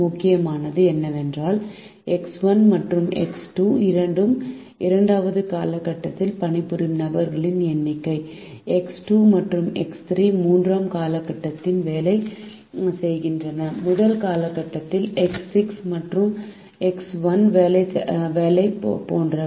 முக்கியமானது என்னவென்றால் எக்ஸ் 1 மற்றும் எக்ஸ் 2 இரண்டும் இரண்டாவது காலகட்டத்தில் பணிபுரியும் நபர்களின் எண்ணிக்கை எக்ஸ் 2 மற்றும் எக்ஸ் 3 மூன்றாம் காலகட்டத்தில் வேலை செய்கின்றன முதல் காலகட்டத்தில் எக்ஸ் 6 மற்றும் எக்ஸ் 1 வேலை போன்றவை